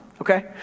Okay